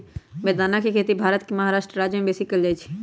बेदाना के खेती भारत के महाराष्ट्र राज्यमें बेशी कएल जाइ छइ